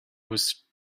was